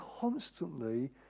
constantly